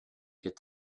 get